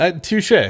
Touche